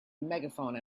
megaphone